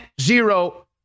zero